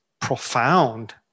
profound